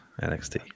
NXT